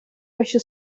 ваші